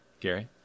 Gary